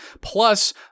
Plus